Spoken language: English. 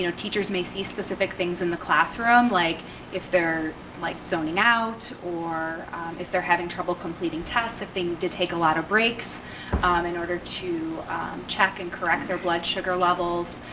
you know teachers may see specific things in the classroom, like if they're like zoning out, or if they're having trouble completing tests, if they did take a lot of breaks um in order to check and correct their blood sugar levels.